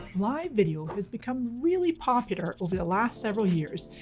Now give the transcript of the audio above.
live video has become really popular over the last several years.